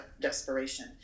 desperation